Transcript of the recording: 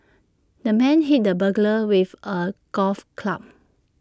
the man hit the burglar with A golf club